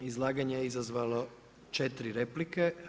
Izlaganje je izazvalo 4 replike.